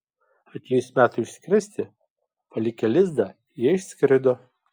atėjus metui išskristi palikę lizdą jie išskrido